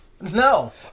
no